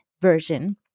version